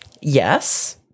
yes